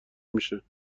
میشه